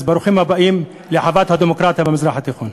אז ברוכים הבאים לחוות הדמוקרטיה במזרח התיכון.